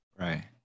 Right